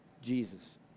Jesus